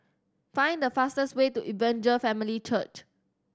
find the fastest way to Evangel Family Church